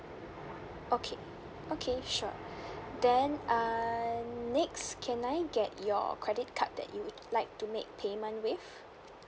okay okay sure then uh next can I get your credit card that you would like to make payment with